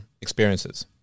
experiences